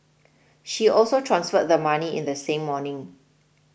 she also transferred the money in the same morning